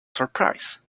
surprise